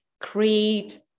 create